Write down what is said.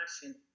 passion